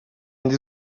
inde